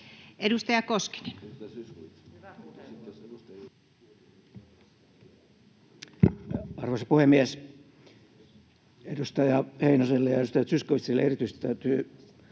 Edustaja Koskinen. Arvoisa puhemies! Edustaja Heinoselle ja edustaja Zyskowiczille erityisesti täytyy